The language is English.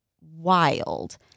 wild